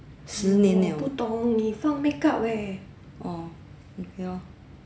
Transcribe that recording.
十年了 orh okay lor